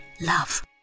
love